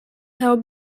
held